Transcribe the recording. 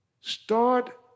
start